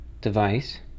device